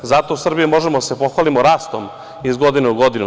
Zato u Srbiji možemo da se pohvalimo rastom iz godine u godinu.